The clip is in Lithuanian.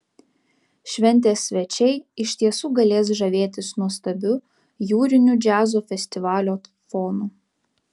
šventės svečiai iš tiesų galės žavėtis nuostabiu jūriniu džiazo festivalio fonu